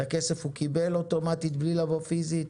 את הכסף הוא קיבל אוטומטית בלי לבוא פיזית,